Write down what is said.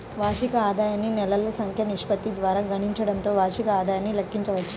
వార్షిక ఆదాయాన్ని నెలల సంఖ్య నిష్పత్తి ద్వారా గుణించడంతో వార్షిక ఆదాయాన్ని లెక్కించవచ్చు